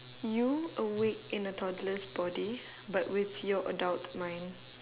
you awake in a toddler's body but with your adult mind